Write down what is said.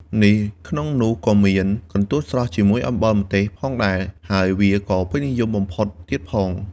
នេះក្នុងនោះក៏មាន កន្ទួតស្រស់ជាមួយអំបិលម្ទេស ផងដែរ ហើយវាក៏ពេញនិយមបំផុតទៀតផង។